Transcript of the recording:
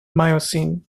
miocene